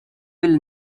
will